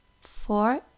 four